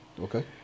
Okay